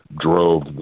drove